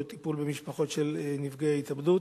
או טיפול במשפחות של נפגעי התאבדות.